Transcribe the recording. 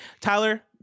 Tyler